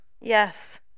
Yes